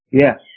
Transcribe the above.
Yes